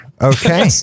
Okay